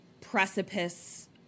precipice